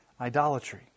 idolatry